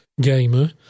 gamer